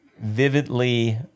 vividly